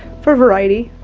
for variety.